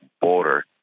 border